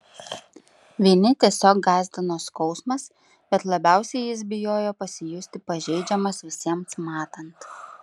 vinį tiesiog gąsdino skausmas bet labiausiai jis bijojo pasijusti pažeidžiamas visiems matant